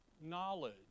knowledge